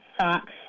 socks